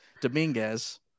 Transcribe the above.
Dominguez